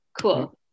Cool